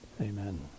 Amen